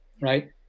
right